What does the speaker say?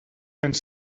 ens